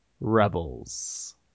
Rebels